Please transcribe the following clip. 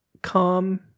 calm